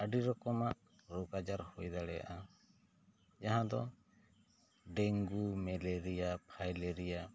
ᱟᱹᱰᱤ ᱨᱚᱠᱚᱢᱟᱜ ᱨᱳᱜᱽ ᱟᱡᱟᱨ ᱦᱩᱭ ᱫᱟᱲᱮᱭᱟᱜᱼᱟ ᱡᱟᱦᱟᱸ ᱫᱚ ᱰᱮᱝᱜᱩ ᱢᱟᱞᱮᱨᱤᱭᱟ ᱯᱷᱟᱭᱞᱮᱨᱤᱭᱟ